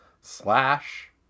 slash